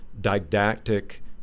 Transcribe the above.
didactic